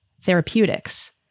therapeutics